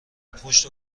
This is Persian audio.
پشت